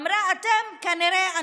היא אמרה: כנראה אתם,